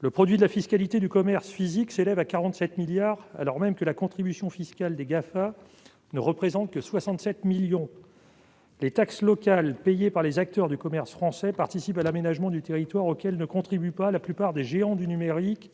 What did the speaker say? Le produit de la fiscalité du commerce physique s'élève à 47 milliards d'euros, alors même que la contribution fiscale des Gafam ne représente que 67 millions d'euros. Par les taxes locales qu'ils paient, les acteurs du commerce français participent à l'aménagement du territoire, ce que ne font pas la plupart des géants du numérique,